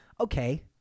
Okay